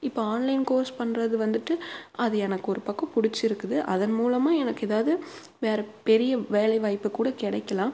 இப்போ online course பண்ணுறது வந்துட்டு அது எனக்கு ஒரு பக்கம் பிடிச்சிருக்குது அதன் மூலமாக எனக்கு எதாவது வேறே பெரிய வேலைவாய்ப்பு கூட கிடைக்கலாம்